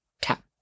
Tap